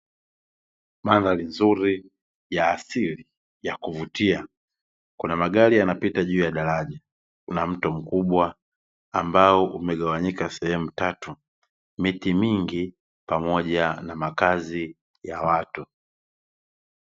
Mandhari nzuri ya asili ya kuvutia, kuna magari yanapita juu ya daraja, kuna mto mkubwa ambao umegawanyika sehemu tatu, miti mingi, pamoja na makazi ya watu.